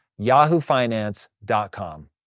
yahoofinance.com